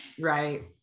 right